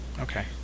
Okay